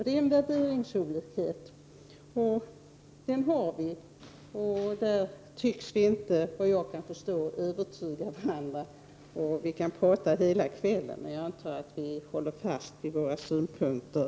Det är fråga om värderingar. Där tycks vi inte kunna övertyga varandra. Vi kan prata hela kvällen, men jag antar att vi håller fast vid våra synpunkter.